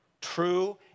true